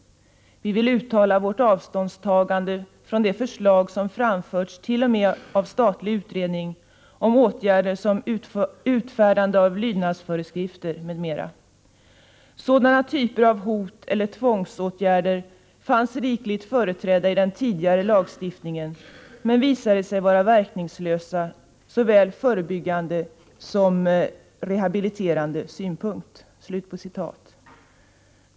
Vi vill uttala vårt avståndstagande från de förslag som framförts t.o.m. av en statlig utredning om åtgärder som utfärdande av lydnadsföreskrifter m.m. Sådana typer av hot eller tvångsåtgärder fanns rikligt företrädda i den tidigare lagstiftningen, men visade sig vara verkningslösa ur såväl förebyggande som rehabiliterande synpunkt.